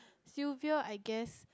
Sylvia I guess